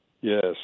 yes